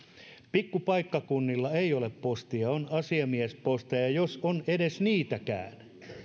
pikkupaikkakunnilla ei ole postia on asiamiesposteja jos on edes niitä